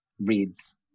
reads